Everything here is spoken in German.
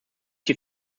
die